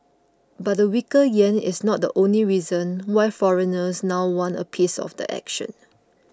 but the weaker yen is not the only reason why foreigners now want a piece of the action